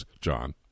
John